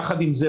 יחד עם זה,